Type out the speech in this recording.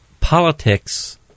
politics